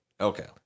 Okay